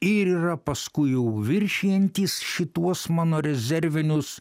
ir yra paskui jau viršijantys šituos mano rezervinius